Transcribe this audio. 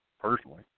personally